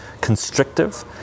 constrictive